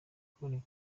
kuboneka